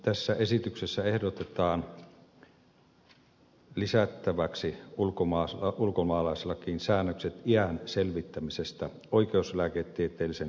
tässä esityksessä ehdotetaan lisättäväksi ulkomaalaislakiin säännökset iän selvittämisestä oikeuslääketieteellisen tutkimuksen avulla